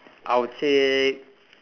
I would say